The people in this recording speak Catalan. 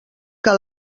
que